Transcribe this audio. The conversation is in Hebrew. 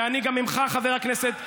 ואני, גם ממך, חבר הכנסת,